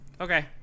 Okay